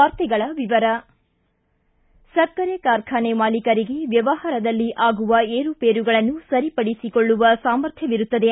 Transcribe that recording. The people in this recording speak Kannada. ವಾರ್ತೆಗಳ ವಿವರ ಸಕ್ಕರೆ ಕಾರ್ಖಾನೆ ಮಾಲೀಕರಿಗೆ ವ್ಣವಹಾರದಲ್ಲಿ ಆಗುವ ಏರುಪೇರುಗಳನ್ನು ಸರಿಪಡಿಸಿಕೊಳ್ಳುವ ಸಾಮರ್ಥ್ವವಿರುತ್ತದೆ